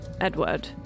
Edward